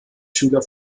schüler